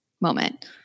moment